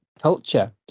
culture